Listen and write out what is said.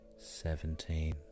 Seventeen